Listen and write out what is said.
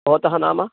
भवतः नाम